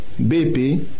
BP